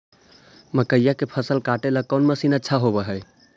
मकइया के फसल काटेला कौन मशीन अच्छा होव हई?